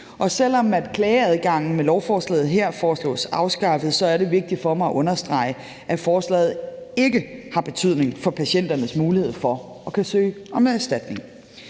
Selv om klageadgangen med lovforslaget her foreslås afskaffet, er det vigtigt for mig at understrege, at forslaget ikke har betydning for patienternes mulighed for at kunne søge om erstatning.